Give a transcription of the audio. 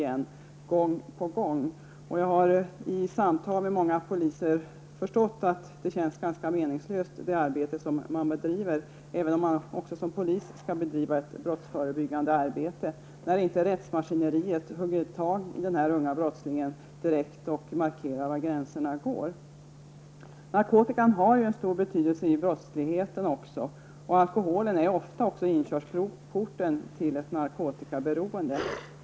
Jag har i samtal med många poliser förstått att det arbete man bedriver känns ganska meningslöst när inte rättsmaskineriet hugger tag i denna unga brottsling och direkt markerar var gränserna går, även om man som polis också skall bedriva ett brottsförebyggande arbete. Narkotikan har också en stor betydelse för brottsligheten, och alkoholen är ofta inkörsporten till ett narkotikaberoende.